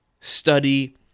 study